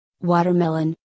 watermelon